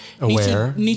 aware